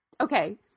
Okay